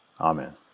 amen